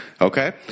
Okay